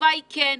התשובה היא כן.